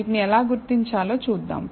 వీటిని ఎలా గుర్తించాలో చూద్దాం